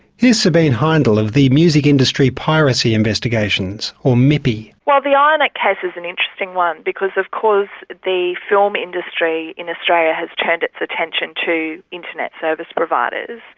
here's sabiene heindl of the music industry piracy investigations, or mipi. well the um like iinetcase is an interesting one because of course the film industry in australia has turned its attention to internet service providers,